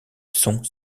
sont